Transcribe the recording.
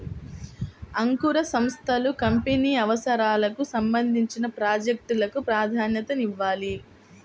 అంకుర సంస్థలు కంపెనీ అవసరాలకు సంబంధించిన ప్రాజెక్ట్ లకు ప్రాధాన్యతనివ్వాలి